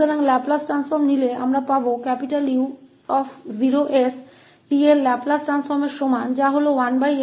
तो Laplace transform को लेते हुए हम प्राप्त करेंगे 𝑈0 𝑠 t के लाप्लास ट्रांसफॉर्म के बराबर है जो कि 1s2 है